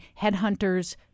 headhunters